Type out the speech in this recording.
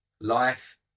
life